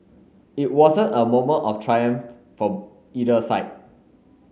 it wasn't a moment of triumph for either side